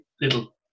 little